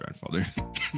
grandfather